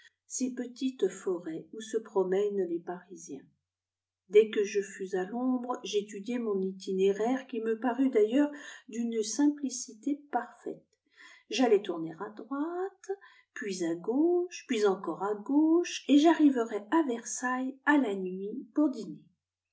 ces petites forets où se promènent les parisiens dès que je fus à l'ombre j'étudiai mon itinéraire qui me parut d'ailleurs d'une simplicité parfaite j'allais tourner à droite puis à gauciie puis encore à gauche et j'arriverais a versailles à la nuit pour dîner